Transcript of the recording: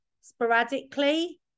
sporadically